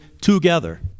together